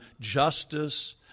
justice